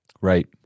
Right